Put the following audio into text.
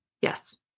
yes